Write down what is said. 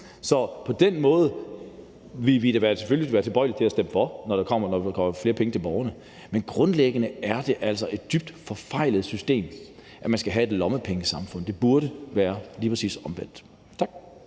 Så på den måde ville vi da selvfølgelig være tilbøjelige til at stemme for, når der kommer flere penge til borgerne. Men grundlæggende er det altså et dybt forfejlet system, at man skal have et lommepengesamfund. Det burde være lige præcis omvendt. Tak.